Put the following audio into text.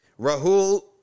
Rahul